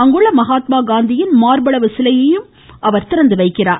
அங்குள்ள மகாத்மா மார்பளவு சிலையையும் அவர் திறந்துவைக்கிறார்